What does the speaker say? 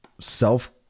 self